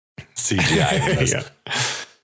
CGI